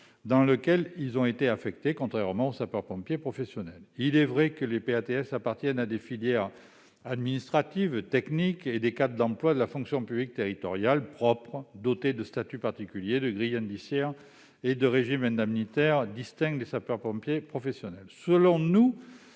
dans lequel ils ont été affectés, contrairement aux sapeurs-pompiers professionnels. Il est vrai que les PATS appartiennent à des filières administratives, techniques et à des cadres d'emplois de la fonction publique territoriale propres, dotés de statuts particuliers, de grilles indiciaires et de régimes indemnitaires distincts de ceux des sapeurs-pompiers professionnels. Selon nous,